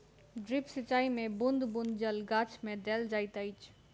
drip सिचाई मे बूँद बूँद जल गाछ मे देल जाइत अछि